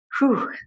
Whew